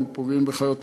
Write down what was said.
הם פוגעים בחיות מחמד.